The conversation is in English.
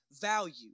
value